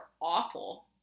awful